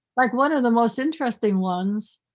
like one of the most interesting ones,